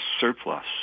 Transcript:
surplus